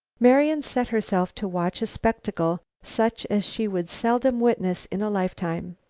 marian set herself to watch a spectacle such as she would seldom witness in a lifetime.